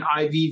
IV